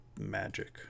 Magic